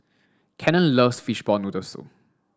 Cannon loves fishball noodle soup